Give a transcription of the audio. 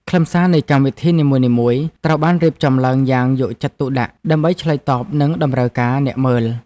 ខ្លឹមសារនៃកម្មវិធីនីមួយៗត្រូវបានរៀបចំឡើងយ៉ាងយកចិត្តទុកដាក់ ដើម្បីឆ្លើយតបនឹងតម្រូវការអ្នកមើល។